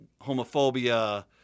homophobia